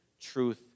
truth